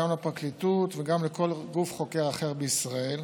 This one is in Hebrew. גם לפרקליטות וגם לכל גוף חוקר אחר בישראל,